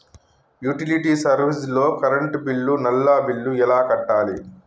Utility service లో current bill, నల్లా bill ఎలా కట్టాలి?